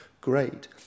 great